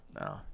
No